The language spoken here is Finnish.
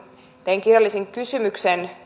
tein kirjallisen kysymyksen